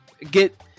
Get